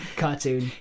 cartoon